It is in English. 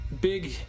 big